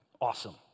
Awesome